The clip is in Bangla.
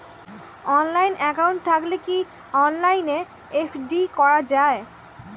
অনলাইন একাউন্ট থাকলে কি অনলাইনে এফ.ডি করা যায়?